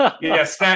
Yes